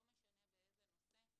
לא משנה באיזה נושא,